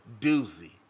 doozy